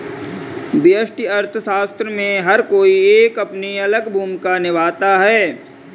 व्यष्टि अर्थशास्त्र में हर कोई एक अपनी अलग भूमिका निभाता है